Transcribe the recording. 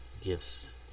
gifts